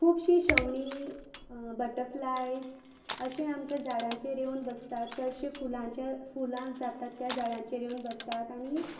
खुबशीं शवणीं बटर्फ्लायज अशें आमचे झाडांचेर येवन बसतात चडशे फुलांचे फुलां जातात त्या झाडांचेर येवन बसतात आनी